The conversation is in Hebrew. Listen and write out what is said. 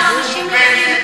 אנשים יודעים,